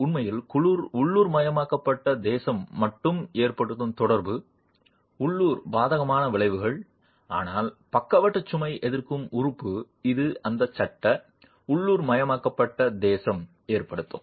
உண்மையில் குழு உள்ளூர்மயமாக்கப்பட்ட சேதம் மட்டும் ஏற்படுத்தும் தொடர்பு உள்ளூர் பாதகமான விளைவுகள் ஆனால் பக்கவாட்டு சுமை எதிர்க்கும் உறுப்பு இது இந்த சட்ட உள்ளூர்மயமாக்கப்பட்ட சேதம் ஏற்படுத்தும்